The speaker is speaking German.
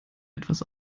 etwas